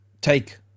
take